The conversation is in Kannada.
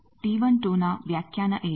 T12 ನ ವ್ಯಾಖ್ಯಾನ ಏನು